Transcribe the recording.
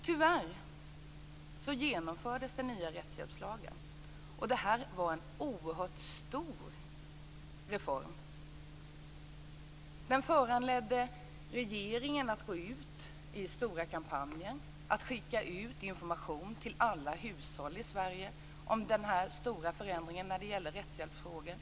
Tyvärr genomfördes den nya rättshjälpslagen. Det var en oerhört stor reform. Den föranledde regeringen att gå ut i stora kampanjer, att skicka ut information till alla hushåll i Sverige om den stora förändringen när det gällde rättshjälpsfrågor.